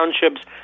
townships